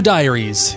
Diaries